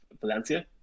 Valencia